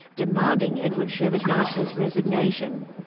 demanding eduard shevardnadze's resignation.